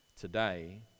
today